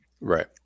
right